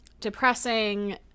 depressing